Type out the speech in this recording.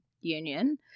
union